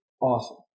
Awesome